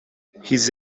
his